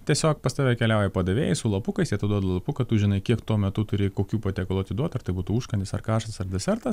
tiesiog pas tave keliauja padavėjai su lapukais jie tau duoda lapuką tu žinai kiek tuo metu turi kokių patiekalų atiduot ar tai būtų užkandis ar karštas ar desertas